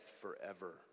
forever